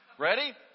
Ready